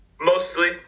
Mostly